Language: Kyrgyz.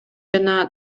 жана